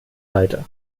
seite